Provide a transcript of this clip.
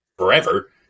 forever